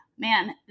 Man